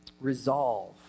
Resolve